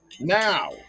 Now